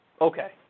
Okay